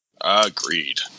Agreed